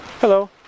Hello